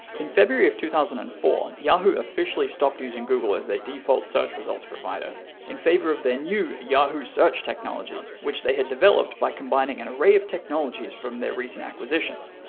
in february of two thousand and four, yahoo officially stopped using google as their default search results provider in favor of their new yahoo search technology which they had developed by combining an array of technologies from their recent acquisitions.